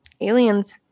aliens